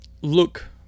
look